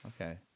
Okay